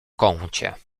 kącie